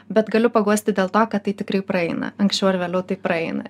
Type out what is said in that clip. bet galiu paguosti dėl to kad tai tikrai praeina anksčiau ar vėliau tai praeina